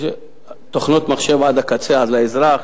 תוכנות מחשב עד הקצה, עד לאזרח,